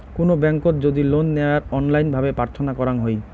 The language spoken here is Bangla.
কুনো ব্যাংকোত যদি লোন নেওয়ার অনলাইন ভাবে প্রার্থনা করাঙ হই